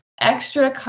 extra